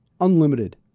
Unlimited